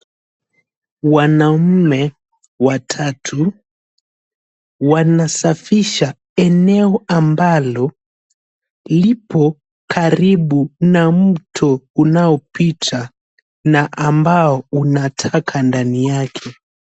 Wanaume watatu wanasafisha eneo ambalo lipo karibu na mto unaopita na ambao una taka ndani yake.